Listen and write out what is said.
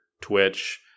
Twitch